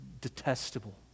detestable